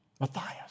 Matthias